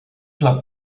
club